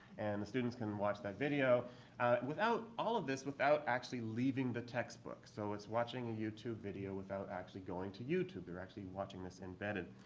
and the students can watch that video without all of this without actually leaving the textbook. so it's watching the ah youtube video without actually going to youtube. you're actually watching this embedded.